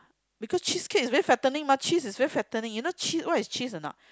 because cheesecake is very fattening mah cheese is very fattening you know cheese what is cheese or not